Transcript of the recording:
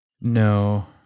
No